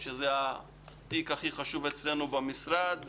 שזה התיק הכי חשוב אצלנו במשרד.